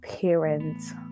parents